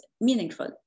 meaningful